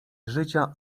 życia